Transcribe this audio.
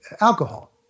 alcohol